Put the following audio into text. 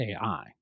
AI